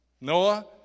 Noah